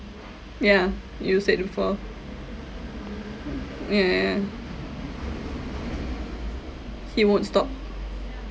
yeah you said before ya ya ya he won't stop